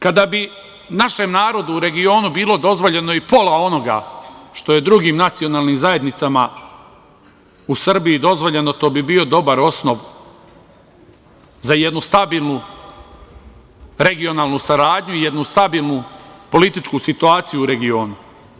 Kada bi našem narodu u regionu bilo dozvoljeno i pola onoga što je drugim nacionalnim zajednicama u Srbiji dozvoljeno, to bi bio dobar osnov za jednu stabilnu regionalnu saradnju, jednu stabilnu političku situaciju u regionu.